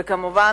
וכמובן,